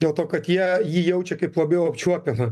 dėl to kad jie jį jaučia kaip labiau apčiuopiamą